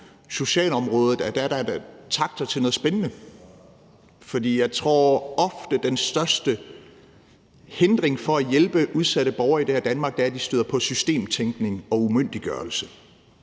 socialområdet, at der er der takter til noget spændende. For jeg tror, at den største hindring for at hjælpe udsatte borgere i Danmark ofte er, at de støder på systemtænkning og umyndiggørelse.